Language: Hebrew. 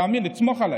האמן לי, סמוך עליי.